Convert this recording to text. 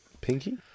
pinky